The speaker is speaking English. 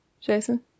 Jason